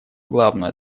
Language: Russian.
главную